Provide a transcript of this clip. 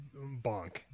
bonk